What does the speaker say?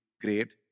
great